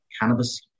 cannabis